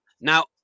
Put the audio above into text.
Now